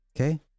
Okay